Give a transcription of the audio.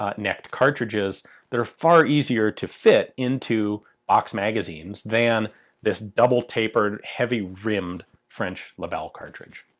ah necked cartridges that are far easier to fit into box magazines than this double tapered, heavy rimmed french lebel cartridge.